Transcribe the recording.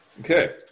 Okay